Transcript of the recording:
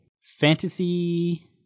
fantasy